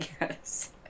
yes